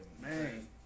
Man